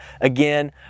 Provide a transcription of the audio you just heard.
again